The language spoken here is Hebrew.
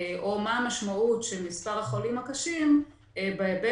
או מה המשמעות של מספר החולים הקשים בהיבט